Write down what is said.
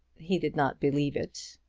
he did not believe it.